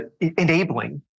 enabling